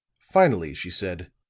finally she said